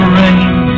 rain